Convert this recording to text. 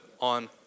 on